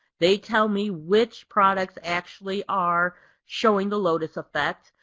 they tell me which products actually are showing the lotus effect,